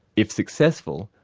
if successful,